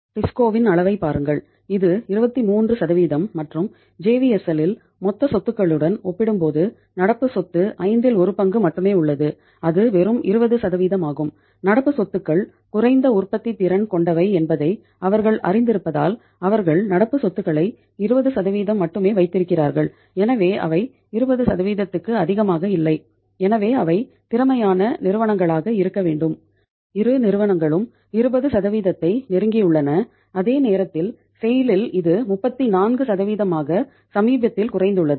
டிஸ்கோவின் இல் இது 34 ஆக சமீபத்தில் குறைந்துள்ளது